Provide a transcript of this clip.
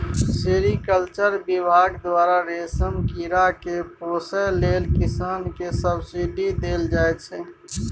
sericulture बिभाग द्वारा रेशम कीरा केँ पोसय लेल किसान केँ सब्सिडी देल जाइ छै